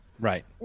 Right